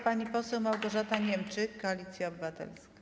Pani poseł Małgorzata Niemczyk, Koalicja Obywatelska.